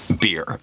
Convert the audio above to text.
Beer